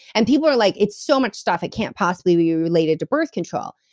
and people are like, it's so much stuff, it can't possibly be related to birth control.